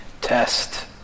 Test